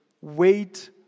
wait